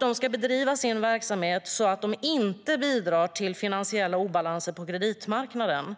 De ska bedriva sin verksamhet så att de inte bidrar till finansiella obalanser på kreditmarknaden.